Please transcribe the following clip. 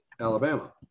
Alabama